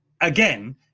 again